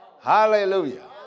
Hallelujah